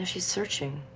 is searching